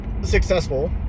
successful